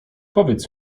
powiedz